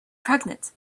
pregnant